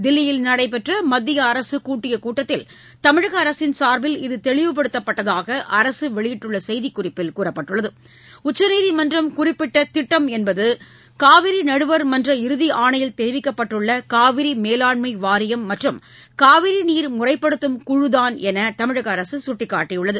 தில்லியில் நடைபெற்ற மத்திய அரசு கூட்டிய கூட்டத்தில் தமிழக அரசின் சார்பில் இது தெளிவுபடுத்தப்பட்டதாக அரசு வெளியிட்டுள்ள செய்திக்குறிப்பில் கூறப்பட்டுள்ளது உச்சநீதிமன்றம் குறிப்பிட்ட திட்டம் என்பது காவிரி நடுவர்மன்ற இறுதி ஆணையில் தெரிவிக்கப்பட்டுள்ள காவிரி மேலாண்மை வாரியம் மற்றும் காவிரி நீர் முறைப்படுத்தும் குழுதான் என்று தமிழக அரசு சுட்டிக்காட்டியுள்ளது